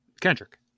Kendrick